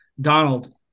Donald